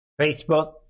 Facebook